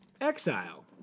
exile